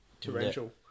torrential